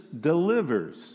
delivers